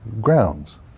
grounds